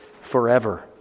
forever